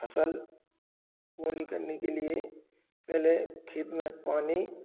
फ़सल बोनी करने के लिए पहले खेत में पानी